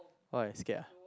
why scared ah